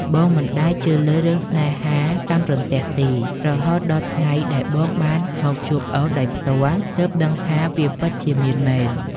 បងមិនដែលជឿលើរឿងស្នេហាកាំរន្ទះទេ រហូតដល់ថ្ងៃដែលបងបានមកជួបអូនដោយផ្ទាល់ ទើបដឹងថាវាពិតជាមានមែន។